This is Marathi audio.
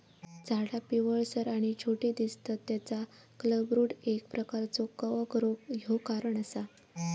झाडा पिवळसर आणि छोटी दिसतत तेचा क्लबरूट एक प्रकारचो कवक रोग ह्यो कारण असा